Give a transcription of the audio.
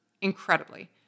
incredibly